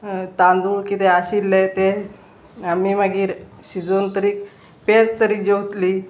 तांदूळ कितें आशिल्ले ते आमी मागीर शिजोवन तरी पेज तरी जेवतलीं